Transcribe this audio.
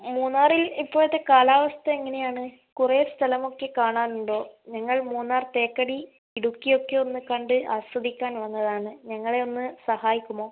മൂന്നാറിൽ ഇപ്പോഴത്തെ കാലാവസ്ഥ എങ്ങനെയാണ് കുറെ സ്ഥലമൊക്കെ കാണാൻ ഉണ്ടോ ഞങ്ങൾ മൂന്നാർ തേക്കടി ഇടുക്കിയൊക്കെ ഒന്നു കണ്ട് ആസ്വദിക്കാൻ വന്നതാണ് ഞങ്ങളെയൊന്ന് സഹായിക്കുമോ